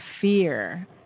fear